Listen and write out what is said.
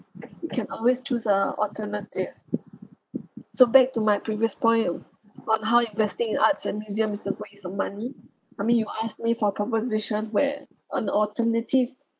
you can always choose a alternative so back to my previous point on on how investing in arts and museums is a waste of money I mean you ask me for proposition where on alternative